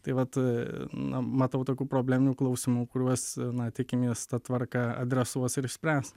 tai vat na matau tokių probleminių klausimų kuriuos na tikimės ta tvarka adresuos ir išspręs